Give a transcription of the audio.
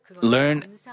learn